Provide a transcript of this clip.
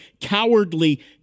cowardly